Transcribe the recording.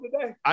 today